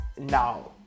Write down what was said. now